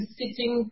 sitting